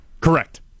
Correct